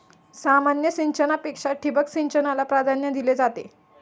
सामान्य सिंचनापेक्षा ठिबक सिंचनाला प्राधान्य दिले जाते